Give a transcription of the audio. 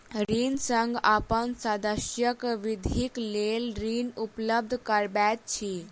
ऋण संघ अपन सदस्यक वृद्धिक लेल ऋण उपलब्ध करबैत अछि